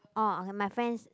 orh okay my friends